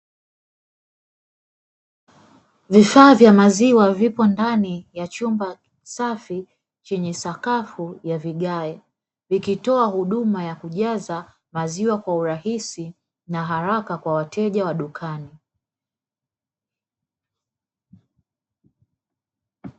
Vifaa vya maziwa vipo ndani ya chumba safi chenye sakafu ya vigae, vikitoa huduma ya kujaza maziwa kwa urahisi na haraka kwa wateja wa dukani.